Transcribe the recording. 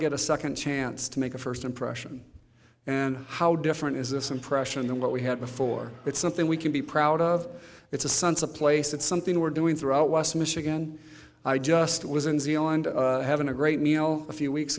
get a second chance to make a first impression and how different is this impression than what we had before it's something we can be proud of it's a sense of place it's something we're doing throughout west michigan i just was in zealand having a great meal a few weeks